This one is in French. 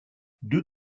deux